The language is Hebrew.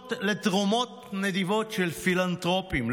הודות לתרומות נדיבות של פילנתרופים,